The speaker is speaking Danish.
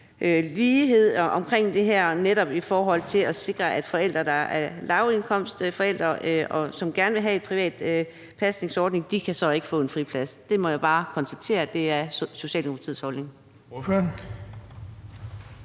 lighed i det her, for forældre med en lavindkomst, som gerne vil have en privat pasningsordning, kan så ikke få en friplads. Det må jeg bare konstatere er Socialdemokratiets holdning.